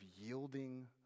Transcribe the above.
yielding